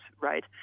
right